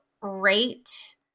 rate